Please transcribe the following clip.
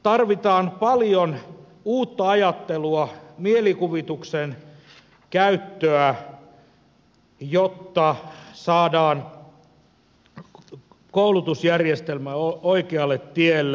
tarvitaan paljon uutta ajattelua mielikuvituksen käyttöä jotta saadaan koulutusjärjestelmä oikealle tielle